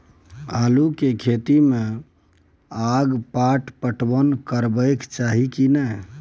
आलू के खेती में अगपाट पटवन करबैक चाही की नय?